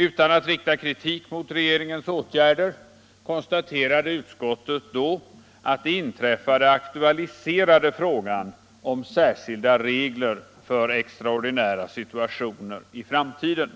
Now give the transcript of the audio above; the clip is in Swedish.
Utan att rikta kritik mot regeringens åtgärder konstaterade utskottet då att det inträffade aktualiserade frågan om särskilda regler för extraordinära situationer i framtiden.